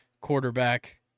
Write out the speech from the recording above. quarterback